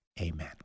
Amen